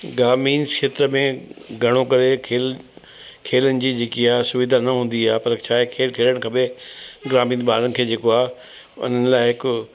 ग्रामीण खेत्र में घणो करे खेल खेलनि जी जेकी आ्हे सुविधा न हूंदी आहे पर छा आहे खेल खेॾणु खपे ग्रामीण ॿारनि खे जेको आहे उन्हनि लाइ हिकु